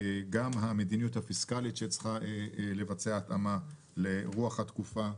גם המדיניות הפיסקאלית שצריכה לבצע התאמה לרוח התקופה,